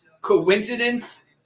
Coincidence